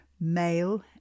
male